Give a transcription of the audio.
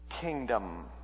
kingdom